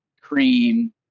cream